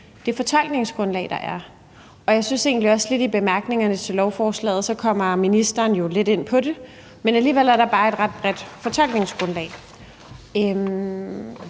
det fortolkningsgrundlag, der er. Og jeg synes egentlig også, at ministeren i bemærkningerne til lovforslaget lidt kommer ind på det, men alligevel er der bare et ret bredt fortolkningsgrundlag.